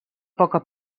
poca